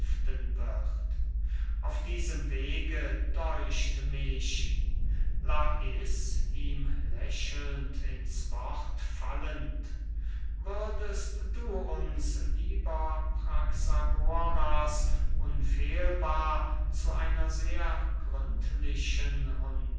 auf diesem wege däucht mich lais ihm lächelnd ins wort fallend würdest du uns lieber praxagoras unfehlbar zu einer sehr gründlichen und